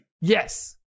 Yes